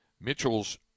Mitchell's